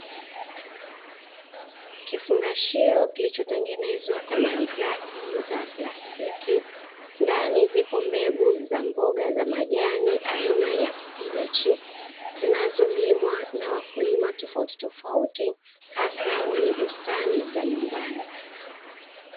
Kifungashio kilichotengenezwa kwa malighafi za plastiki, ndani zipo mbegu za mboga za majani aina ya spinachi, zinazolimwa na wakulima tofautitofauti hasa wenye bustani za nyumbani.